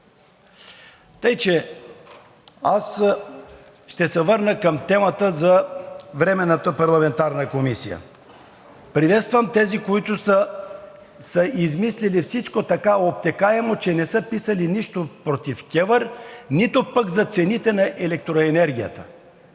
ли? Аз ще се върна към темата за Временната парламентарна комисия. Приветствам тези, които са измислили всичко така обтекаемо, че не са писали нищо против КЕВР, нито пък за цените на електроенергията.